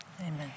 Amen